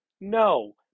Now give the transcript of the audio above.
No